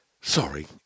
sorry